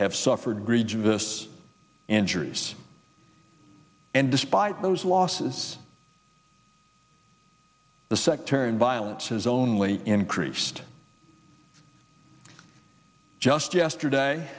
have suffered grievous injuries and despite those losses the sectarian violence has only increased just yesterday